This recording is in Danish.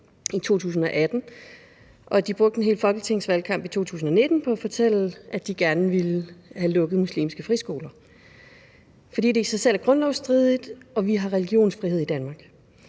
i 2018, og at de brugte en hel folketingsvalgkamp i 2019 på at fortælle, at de gerne ville have lukket muslimske friskoler, fordi det i sig selv er grundlovsstridigt og vi har religionsfrihed i Danmark.